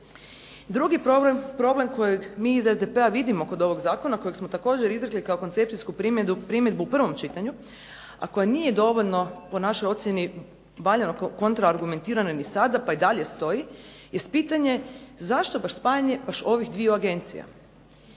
Drugi problem kojeg mi iz SDP-a vidimo kod ovog zakona, kojeg smo također izrekli kao koncepcijsku primjedbu u prvom čitanju a koja nije dovoljno po našoj ocjeni valjano kontraargumentirano ni sada pa i dalje stoji jest pitanje zašto spajanje baš ovih dviju agencija.